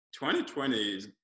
2020